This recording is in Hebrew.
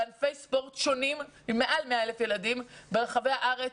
בענפי ספורט שונים ברחבי הארץ,